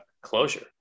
closure